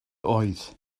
oed